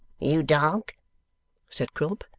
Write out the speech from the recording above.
you dog said quilp.